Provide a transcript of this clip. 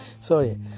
sorry